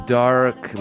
dark